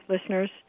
listeners